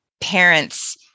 parents